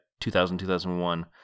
2000-2001